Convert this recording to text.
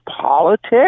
politics